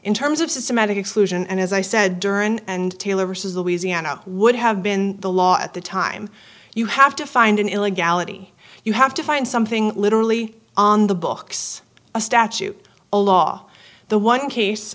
in terms of systematic exclusion and as i said during and taylor says louisiana would have been the law at the time you have to find an illegality you have to find something literally on the books a statute a law the one